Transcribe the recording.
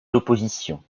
l’opposition